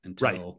Right